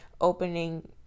opening